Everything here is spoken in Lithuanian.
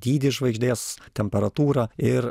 dydį žvaigždės temperatūrą ir